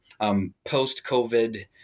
post-COVID